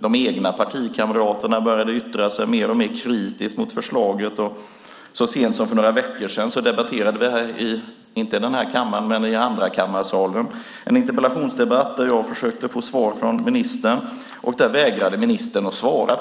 De egna partikamraterna började yttra sig mer och mer kritiskt mot förslaget, och så sent som för några veckor sedan debatterade vi i Andrakammarsalen. Det var en interpellationsdebatt där jag försökte få svar från ministern, men då vägrade ministern